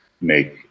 make